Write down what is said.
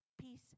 peace